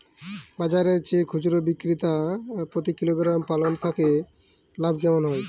বাজারের চেয়ে খুচরো বিক্রিতে প্রতি কিলোগ্রাম পালং শাকে লাভ কেমন হয়?